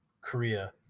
Korea